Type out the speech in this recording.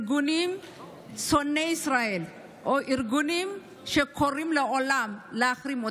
ארגונים שונאי ישראל או ארגונים שקוראים לעולם להחרים,